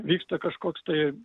vyksta kažkoks tai